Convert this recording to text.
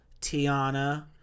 Tiana